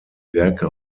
werke